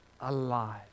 alive